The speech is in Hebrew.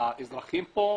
מהאזרחים פה,